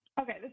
Okay